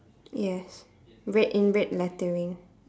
yes red in red lettering